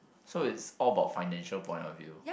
so it's all about financial point of view